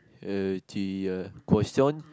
uh the uh croissant